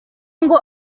ngo